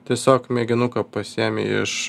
tiesiog mėginuką pasiemi iš